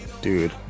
Dude